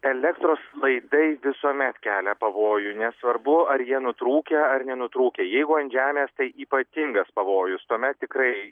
elektros laidai visuomet kelia pavojų nesvarbu ar jie nutrūkę nenutrūkę jeigu ant žemės tai ypatingas pavojus tuomet tikrai